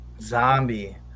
zombie